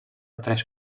tres